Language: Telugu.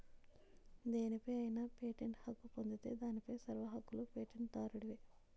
దేనిపై అయినా పేటెంట్ హక్కు పొందితే దానిపై సర్వ హక్కులూ పేటెంట్ దారుడివే